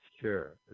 Sure